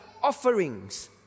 offerings